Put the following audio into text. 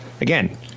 again